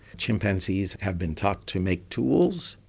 chimpanzees have been taught to make tools.